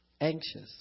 anxious